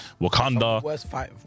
Wakanda